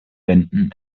wenden